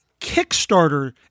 Kickstarter